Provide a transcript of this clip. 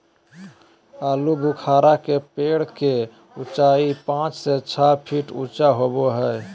आलूबुखारा के पेड़ के उचाई पांच से छह फीट ऊँचा होबो हइ